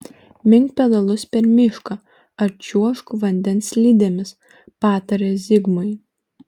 mink pedalus per mišką ar šliuožk vandens slidėmis patarė zigmui